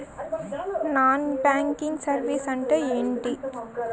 Non banking services అంటే ఎంటి?